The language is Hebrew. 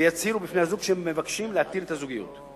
ויצהירו בני-הזוג שהם מבקשים להתיר את הזוגיות,